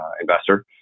investor